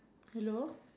hello